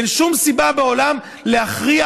אין שום סיבה בעולם להכריח,